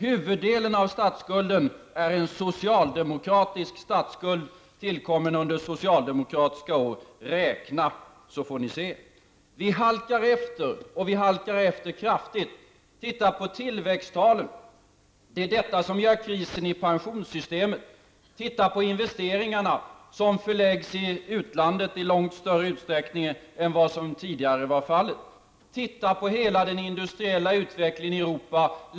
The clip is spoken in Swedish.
Huvuddelen av statsskulden har tillkommit under socialdemokratiska regeringsår. Räkna, så får ni se! Vi halkar efter, och vi halkar efter kraftigt. Titta på tillväxttalen! Det är detta som gör krisen i pensionssystemet. Titta på investeringarna, som förläggs i utlandet i långt större utsträckning än vad som tidigare var fallet! Titta på hela den industriella utvecklingen i Europa!